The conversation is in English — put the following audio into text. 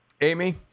Amy